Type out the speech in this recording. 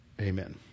Amen